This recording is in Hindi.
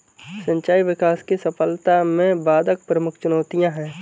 सिंचाई विकास की सफलता में बाधक प्रमुख चुनौतियाँ है